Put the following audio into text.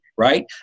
Right